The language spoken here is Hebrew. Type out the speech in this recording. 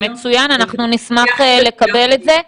מצוין, אנחנו נשמח לקבל את זה.